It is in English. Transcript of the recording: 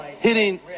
Hitting